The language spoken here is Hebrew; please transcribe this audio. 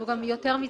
גם יותר מזה,